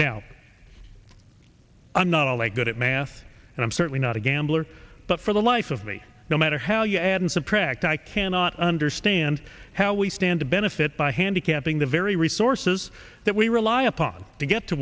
now i'm not all that good at math and i'm certainly not a gambler but for the life of me no matter how you add and subtract i cannot understand how we stand to benefit by handicapping the very resources that we rely upon to get to